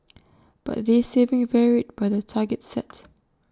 but this saving varied by the targets set